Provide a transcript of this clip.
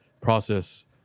process